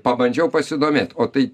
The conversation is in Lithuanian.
pabandžiau pasidomėt o tai